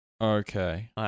Okay